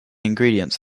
ingredients